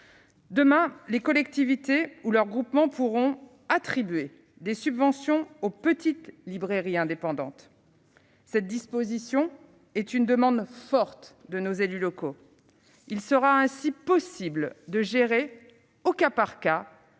Demain, les collectivités ou leurs groupements pourront attribuer des subventions aux petites librairies indépendantes. Cette disposition est une demande forte des élus locaux. Il sera ainsi possible de gérer au cas par cas